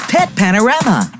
PetPanorama